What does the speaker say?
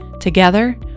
together